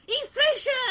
inflation